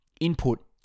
Input